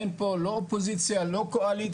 אין פה לא אופוזיציה לא קואליציה,